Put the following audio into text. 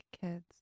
kids